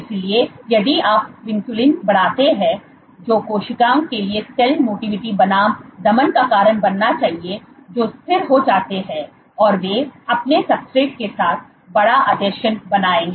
इसलिए यदि आप विनक्यूलिन बढ़ाते हैं जो कोशिकाओं के लिए सेल मोटिविटी बनाम दमन का कारण बनना चाहिए जो स्थिर हो जाते हैं और वे अपने सब्सट्रेट के साथ बड़ा आसंजन बनाएंगे